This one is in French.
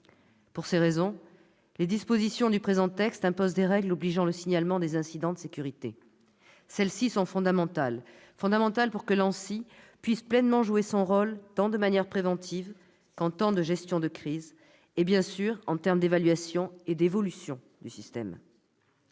Pour ces raisons, les dispositions du présent texte imposent des règles obligeant le signalement des incidents de sécurité. Celles-ci sont fondamentales pour que l'ANSSI puisse pleinement jouer son rôle, aussi bien de manière préventive qu'en temps de gestion de crise et, bien sûr, en termes d'évaluation et d'évolution du système.